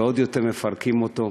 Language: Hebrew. עוד יותר מפרקים אותו.